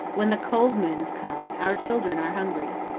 when the cold moons come, our children are hungry.